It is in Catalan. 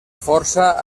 força